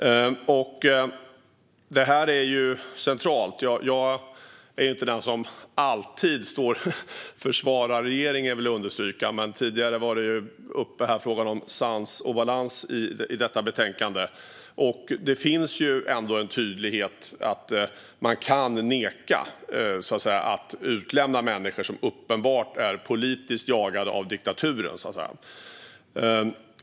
Detta är centralt. Jag är inte den som alltid försvarar regeringen, vill jag understryka. Men tidigare var frågan om sans och balans uppe när det gäller detta betänkande. Det finns ju ändå en tydlighet i att man kan neka till att utlämna människor som uppenbart är politiskt jagade av diktaturen, så att säga.